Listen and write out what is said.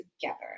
together